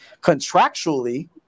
contractually